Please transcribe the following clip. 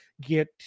get